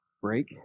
break